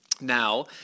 now